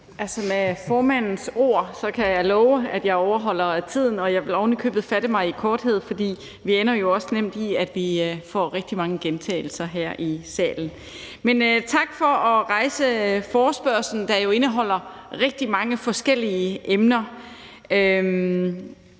Med formandens ord kan jeg love, at jeg overholder tiden, og at jeg ovenikøbet vil fatte mig i korthed, for vi ender jo også nemt med, at vi får rigtig mange gentagelser her i salen. Men tak for at rejse forespørgslen, der jo indeholder rigtig mange forskellige emner,